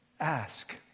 Ask